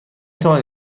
توانید